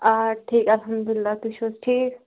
آ ٹھیٖک الحمدُاللہ تُہۍ چھُو حظ ٹھیٖک